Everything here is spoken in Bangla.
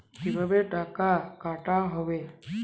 কিভাবে টাকা কাটা হবে?